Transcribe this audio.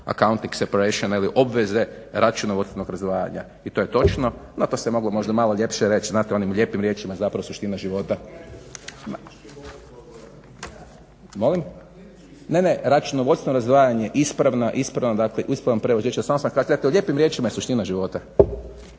acouting separations ili obveze računovodstvenog razdvajanja i to je točno, no to se moglo možda malo ljepše reć znate onim lijepim riječima zapravo je suština života. Molim? Ne, ne računovodstveno izdvajanje ispravan prijevod riječi, samo sam dakle u lijepim riječima je suština života.